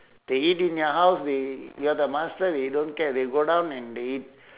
they eat in your house they you are the master they don't care they go down and they eat